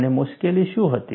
અને મુશ્કેલી શું હતી